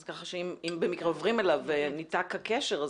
כך שאם במקרה עוברים אליו וניתק הקשר,